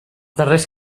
darrers